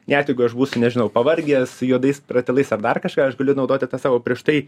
net jeigu aš būsiu nežinau pavargęs juodais ratilais ar dar kažką aš galiu naudoti tą savo prieš tai